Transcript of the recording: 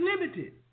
limited